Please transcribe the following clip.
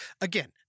Again